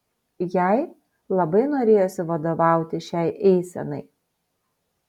jai labai norėjosi vadovauti šiai eisenai